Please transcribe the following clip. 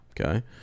Okay